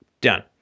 Done